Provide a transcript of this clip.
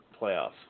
playoffs